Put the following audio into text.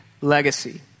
legacy